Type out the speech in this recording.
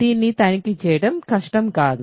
దీన్ని తనిఖీ చేయడం కష్టం కాదు